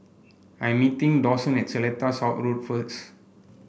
I meeting Dawson at Seletar South Road first